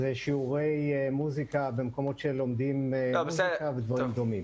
שיעורי מוזיקה במקומות שלומדים מוזיקה ודברים דומים.